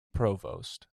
provost